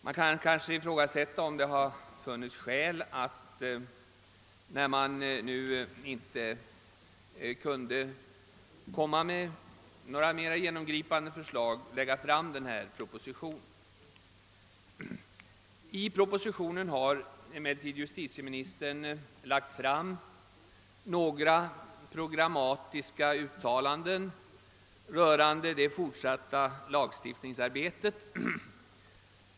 Man kan kanske ifrågasätta om det fanns något skäl att framlägga propositionen, då det inte kunde framföras några mera genomgripande förslag. I propositionen har emellertid justitieministern gjort några programmatiska uttalanden rörande det fortsatta lagstiftningsarbetet.